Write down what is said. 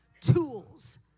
tools